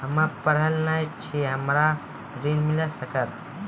हम्मे पढ़ल न छी हमरा ऋण मिल सकत?